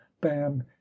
bam